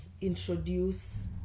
introduce